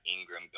Ingram